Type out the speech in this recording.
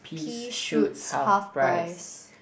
Pea shoots half price